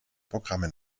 programme